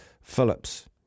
Phillips